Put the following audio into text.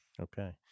Okay